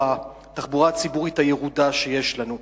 או התחבורה הציבורית הירודה שיש לנו.